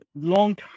long